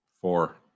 four